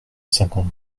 cinquante